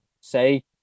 say